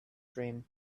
dream